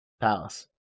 Palace